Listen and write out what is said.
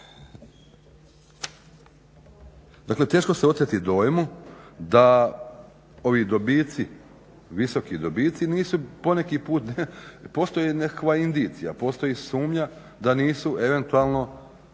Dakle, teško se oteti dojmu da ovi dobici, visoki dobici nisu poneki put postoji nekakva indicija, postoji sumnja da nisu eventualno